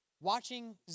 watching